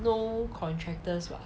no contractors [what]